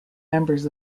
members